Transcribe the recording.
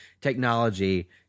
technology